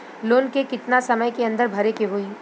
Loan के कितना समय के अंदर भरे के होई?